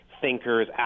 thinkers